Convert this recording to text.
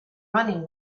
running